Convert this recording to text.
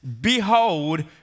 Behold